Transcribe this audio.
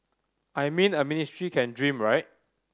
I mean a ministry can dream right